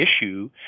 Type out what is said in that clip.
issue